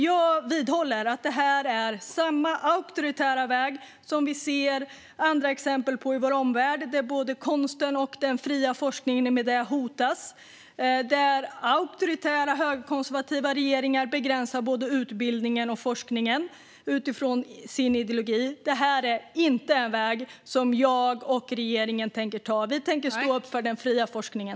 Jag vidhåller att detta är samma auktoritära väg som vi ser andra exempel på i vår omvärld, där både konsten och den fria forskningen i och med det hotas och där auktoritära högerkonservativa regeringar begränsar både utbildningen och forskningen utifrån sin ideologi. Det är inte en väg som jag och regeringen tänker ta. Vi tänker stå upp för den fria forskningen.